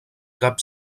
cap